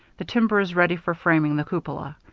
the timber is ready for framing the cupola.